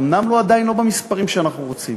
אומנם עדיין לא במספרים שאנחנו רוצים,